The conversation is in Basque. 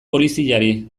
poliziari